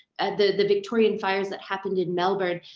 the victorian fires that happened in melbourne,